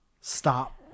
stop